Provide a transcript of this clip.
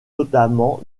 notamment